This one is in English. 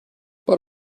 but